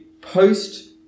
post